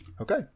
Okay